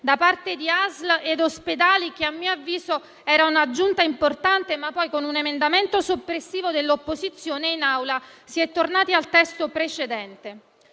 da parte delle ASL e degli ospedali, che a mio avviso era un'aggiunta importante, ma poi con un emendamento soppressivo dell'opposizione in Aula si è tornati al testo precedente.